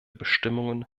bestimmungen